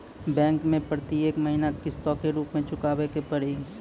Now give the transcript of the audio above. Bank मैं प्रेतियेक महीना किस्तो के रूप मे चुकाबै के पड़ी?